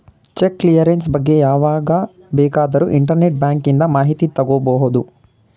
check clearance ಬಗ್ಗೆ ಯಾವಾಗ ಬೇಕಾದರೂ ಇಂಟರ್ನೆಟ್ ಬ್ಯಾಂಕಿಂದ ಮಾಹಿತಿ ತಗೋಬಹುದು